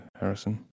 Harrison